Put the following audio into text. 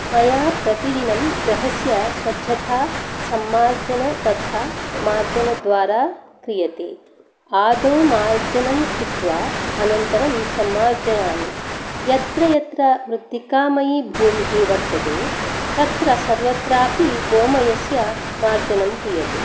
मया प्रतिदिनं गृहस्य स्वच्छता सम्मार्जन तथा मार्जनद्वारा क्रियते आदौ मार्जनं कृत्वा अनन्तरं सम्मार्जयामि यत्र यत्र मृत्तिकामयी भूमिः वर्तते तत्र सर्वत्रापि गोमयस्य मार्जनं क्रियते